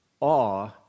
awe